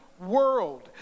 world